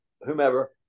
whomever